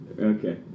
Okay